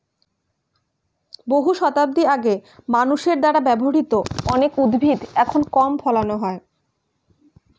বহু শতাব্দী আগে মানুষের দ্বারা ব্যবহৃত অনেক উদ্ভিদ এখন কম ফলানো হয়